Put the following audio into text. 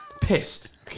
Pissed